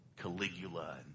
Caligula